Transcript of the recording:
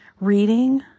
reading